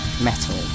metal